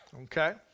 Okay